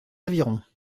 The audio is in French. avirons